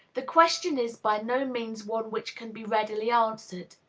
the question is by no means one which can be readily answered.